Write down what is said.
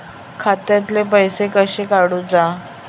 खात्यातले पैसे कशे काडूचा?